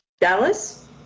Dallas